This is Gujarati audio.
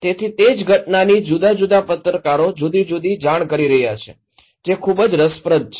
તેથી તે જ ઘટનાની જુદા જુદા પત્રકારો જુદી જુદી જાણ કરી રહ્યાં છે જે ખૂબ જ રસપ્રદ છે